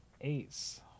Ace